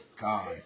God